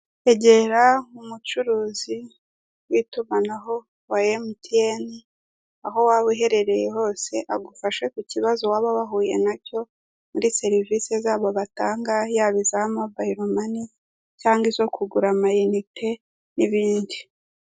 Egera umucuruzi w'itumanaho wa emutiyeni aho waba uherereye hose agufashe ku kibazo waba wahuye nacyo muri serivise zabo batanga yaba iza mobayilo mani cyangwa izo kugura amayinite n'ibindi.